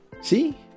See